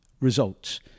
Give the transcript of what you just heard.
results